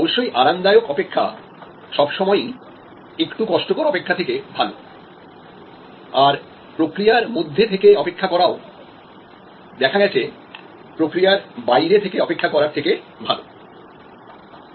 অবশ্যই আরামদায়ক অপেক্ষা সবসময়ই একটু কষ্টকর অপেক্ষা থেকে ভালো আর প্রক্রিয়ার মধ্যে থেকে অপেক্ষা করাও দেখা গেছে প্রক্রিয়ার বাইরে থেকে অপেক্ষা করার থেকে ভালো